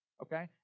Okay